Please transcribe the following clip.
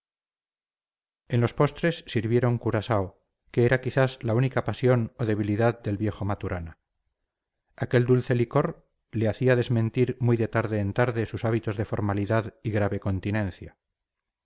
en los postres sirvieron curaao que era quizás la única pasión o debilidad del viejo maturana aquel dulce licor le hacía desmentir muy de tarde en tarde sus hábitos de formalidad y grave continencia